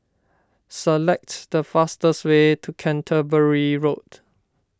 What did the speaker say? select the fastest way to Canterbury Road